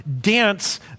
dance